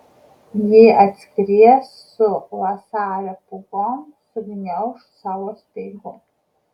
ji atskries su vasario pūgom sugniauš savo speigu